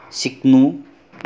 सिक्नु